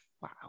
Wow